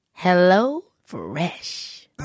HelloFresh